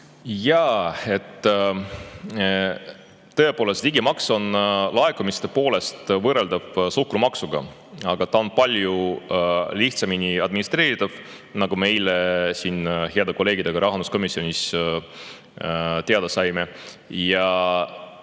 Jaa, tõepoolest, digimaks on laekumiste poolest võrreldav suhkrumaksuga, aga ta on palju lihtsamini administreeritav, nagu me eile rahanduskomisjonis teada saime, ja